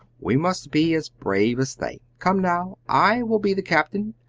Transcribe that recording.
we must be as brave as they. come, now. i will be the captain!